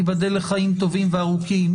ייבדל לחיים טובים וארוכים,